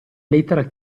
lettera